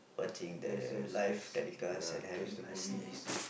what just just guess ya guess the movies